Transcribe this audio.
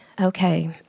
Okay